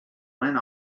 went